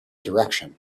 direction